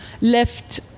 left